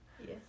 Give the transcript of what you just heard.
Yes